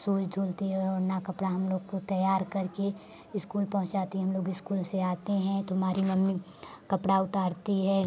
सूज धुलती है ओढ़ना कपड़ा हम लोग को तैयार करके इस्कूल पहुँचाती है हम लोग इस्कूल से आते हैं तो हमारी मम्मी कपड़ा उतारती है